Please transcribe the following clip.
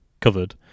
covered